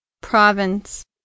Province